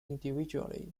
individually